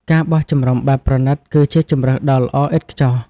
ការបោះជំរំបែបប្រណីត គឺជាជម្រើសដ៏ល្អឥតខ្ចោះ។